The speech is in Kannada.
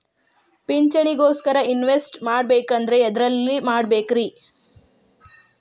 ಪಿಂಚಣಿ ಗೋಸ್ಕರ ಇನ್ವೆಸ್ಟ್ ಮಾಡಬೇಕಂದ್ರ ಎದರಲ್ಲಿ ಮಾಡ್ಬೇಕ್ರಿ?